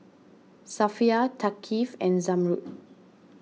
Safiya Thaqif and Zamrud